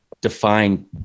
define